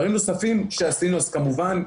דברים נוספים שעשינו אז כמובן,